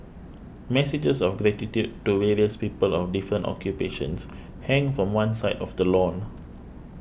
messages of gratitude to various people of different occupations hang from one side of the lawn